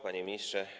Panie Ministrze!